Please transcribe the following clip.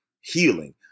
healing